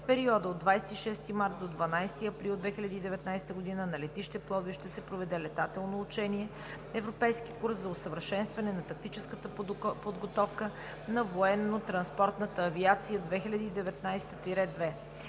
в периода от 26 март до 12 април 2019 г. на летище Пловдив ще се проведе летателно учение „Европейски курс за усъвършенстване на тактическата подготовка на военнотранспортна авиация 2019 г.